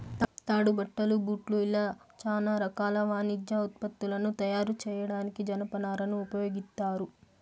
తాడు, బట్టలు, బూట్లు ఇలా చానా రకాల వాణిజ్య ఉత్పత్తులను తయారు చేయడానికి జనపనారను ఉపయోగిత్తారు